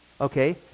okay